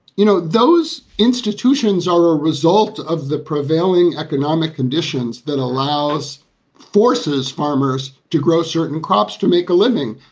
you know, those institutions are a result of the prevailing economic conditions that allows forces farmers to grow certain crops to make a living.